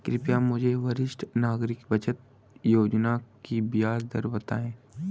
कृपया मुझे वरिष्ठ नागरिक बचत योजना की ब्याज दर बताएं